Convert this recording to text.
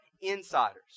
insiders